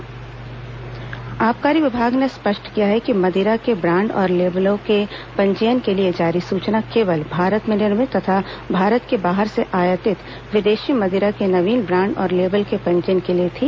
आबकारी स्पष्टीकरण आबकारी विभाग ने स्पष्ट किया है कि मदिरा के ब्राण्ड और लेबलों के पंजीयन के लिए जारी सूचना केवल भारत में निर्मित तथा भारत के बाहर से आयातित विदेशी मदिरा के नवीन ब्राण्ड और लेबल के पंजीयन के लिए थी